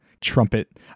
trumpet